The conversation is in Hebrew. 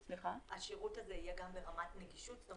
השירות הזה יהיה גם ברמת נגישות?